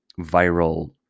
viral